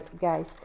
guys